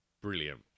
Brilliant